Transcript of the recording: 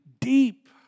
deep